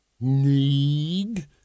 Need